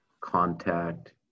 contact